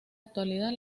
actualidad